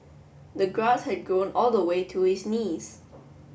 the grass had grown all the way to his knees